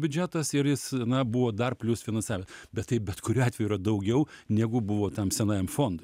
biudžetas ir jis na buvo dar plius finansavę bet tai bet kuriuo atveju yra daugiau negu buvo tam senajam fondui